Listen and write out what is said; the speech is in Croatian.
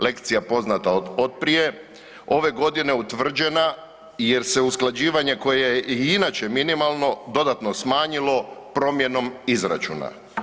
Lekcija poznata od prije, ove godine utvrđena jer se usklađivanje koje i inače minimalno, dodatno smanjilo promjenom izračuna.